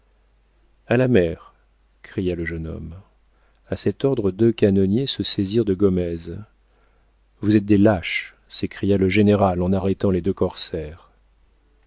a la mer cria le jeune homme a cet ordre deux canonniers se saisirent de gomez vous êtes des lâches s'écria le général en arrêtant les deux corsaires